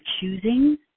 choosing